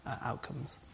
outcomes